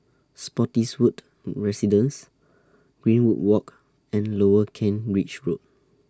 Spottiswoode Residences Greenwood Walk and Lower Kent Ridge Road